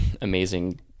amazing